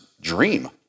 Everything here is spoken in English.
dream